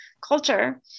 culture